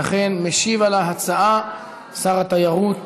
ולכן משיב על ההצעה שר התיירות